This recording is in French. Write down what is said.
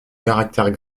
caractères